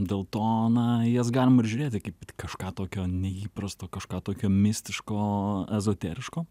dėl to na į jas galima ir žiūrėti kaip į kažką tokio neįprasto kažką tokio mistiško ezoteriško